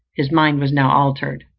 his mind was now altered.